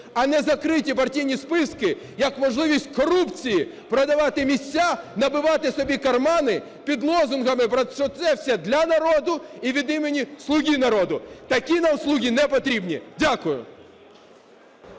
а не закриті партійні списки як можливість корупції, продавати місця, набивати собі кармани під лозунгами, що це все для народу і від імені "слуги народу". Такі нам "слуги" не потрібні. Дякую.